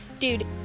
Dude